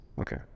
Okay